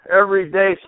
everyday